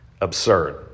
absurd